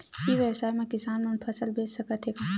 ई व्यवसाय म किसान मन फसल बेच सकथे का?